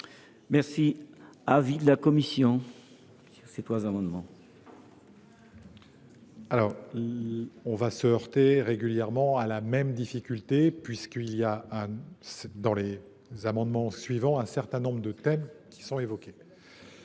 est l’avis de la commission sur les trois amendements